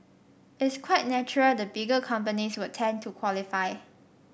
it's quite natural the bigger companies would tend to qualify